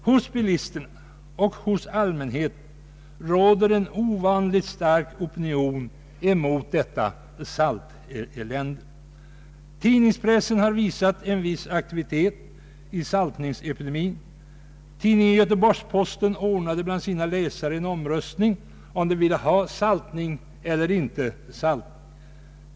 Hos bilisterna och hos allmänheten råder en ovanligt stark opinion emot detta saltelände. Tidningspressen har visat en viss aktivitet i saltningsepidemin. Tidningen Göteborgs-Posten ordnade bland sina läsare en omröstning om huruvida de ville ha saltning eller inte.